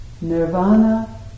Nirvana